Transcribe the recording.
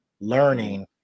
learning